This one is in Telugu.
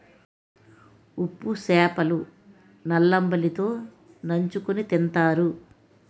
ఉప్పు సేప లు సల్లంబలి తో నంచుకుని తింతారు